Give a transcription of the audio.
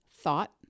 Thought